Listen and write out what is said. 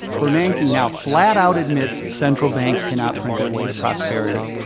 bernanke now flat out admits central banks cannot print their way to prosperity.